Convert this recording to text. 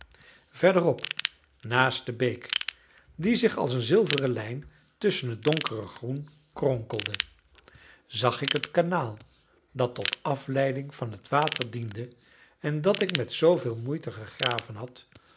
verderop naast de beek die zich als een zilveren lijn tusschen het donkere groen kronkelde zag ik het kanaal dat tot afleiding van het water diende en dat ik met zooveel moeite gegraven had